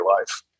life